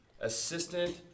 assistant